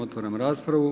Otvaram raspravu.